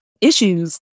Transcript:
issues